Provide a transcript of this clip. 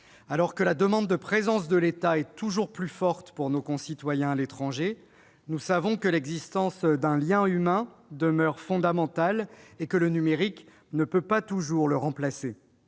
Alors que la demande de présence de l'État est toujours plus forte pour nos concitoyens à l'étranger, l'existence d'un lien humain demeure- nous le savons -fondamentale, et le numérique ne peut pas toujours le remplacer.